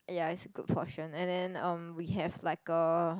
ya is a good portion and then um we have like a